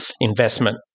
investment